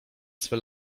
swe